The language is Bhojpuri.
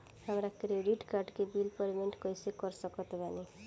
हमार क्रेडिट कार्ड के बिल पेमेंट कइसे कर सकत बानी?